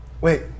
wait